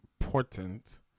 important